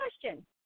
question